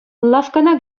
лавккана